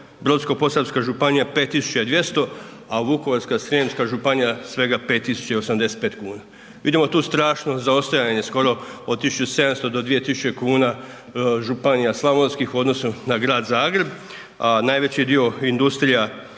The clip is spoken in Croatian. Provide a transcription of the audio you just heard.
Brodsko-posavska županija 5200, a Vukovarsko-srijemska županija svega 5085 kn. Vidimo tu strašno zaostajanje skoro od 1700 do 2000 kn, županija slavonskih odnosno na grad Zagreb, a najveći dio industrija